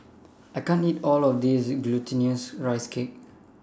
I can't eat All of This Glutinous Rice Cake